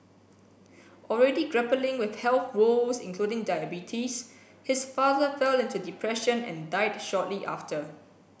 already grappling with health woes including diabetes his father fell into depression and died shortly after